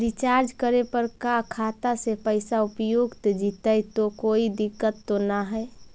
Recharge करे पर का खाता से पैसा उपयुक्त जितै तो कोई दिक्कत तो ना है?